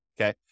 okay